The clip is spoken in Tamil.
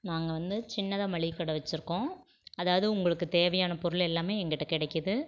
நாங்கள் வந்து சின்னதாக மளிகை கடை வச்சுருக்கோம் அதாவது உங்களுக்கு தேவையான பொருள் எல்லாமே எங்கிட்ட கிடைக்கிது